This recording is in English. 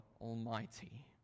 Almighty